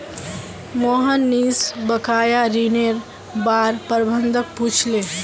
मोहनीश बकाया ऋनेर बार प्रबंधक पूछले